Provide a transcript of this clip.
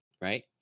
right